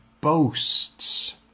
boasts